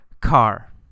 car